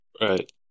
Right